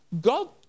God